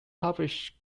published